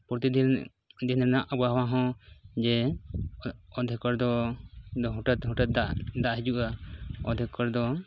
ᱯᱨᱚᱛᱤᱫᱤᱱ ᱫᱤᱱ ᱨᱮᱱᱮᱜ ᱟᱵᱚᱦᱟᱣᱟ ᱦᱚᱸ ᱡᱮ ᱚᱫᱷᱮᱠ ᱦᱚᱲ ᱫᱚ ᱦᱚᱴᱷᱟᱛ ᱦᱚᱴᱷᱟᱛ ᱫᱟᱜ ᱫᱟᱜ ᱦᱤᱡᱩᱜᱼᱟ ᱚᱫᱷᱮᱠ ᱦᱚᱲ ᱫᱚ